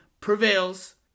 prevails